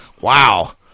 Wow